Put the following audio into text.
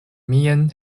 mian